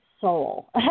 soul